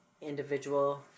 individual